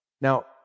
Now